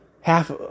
half